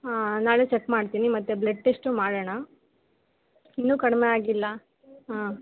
ಹಾಂ ನಾಳೆ ಚೆಕ್ ಮಾಡ್ತೀನಿ ಮತ್ತೆ ಬ್ಲೆಡ್ ಟೆಸ್ಟು ಮಾಡೋಣ ಇನ್ನು ಕಡಿಮೆ ಆಗಿಲ್ಲ ಹಾಂ